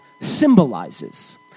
symbolizes